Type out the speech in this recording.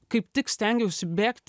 kaip tik stengiausi bėgti